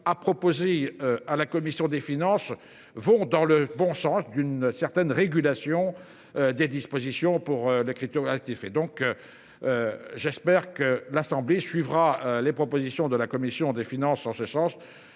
a proposé à la commission des finances vont dans le bon sens, d'une certaine régulation des dispositions pour l'écriture a été fait, donc. J'espère que l'assemblée suivra les propositions de la commission des finances en ce sens.